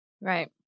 Right